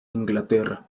inglaterra